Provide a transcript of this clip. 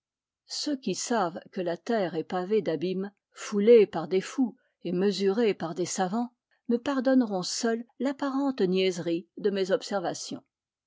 ceux qui savent que la terre est pavée d'abîmes foulée par des fous et mesurée par des savants me pardonneront seuls l'apparente niaiserie de mes observations